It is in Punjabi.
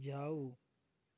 ਜਾਓ